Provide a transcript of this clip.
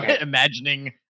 imagining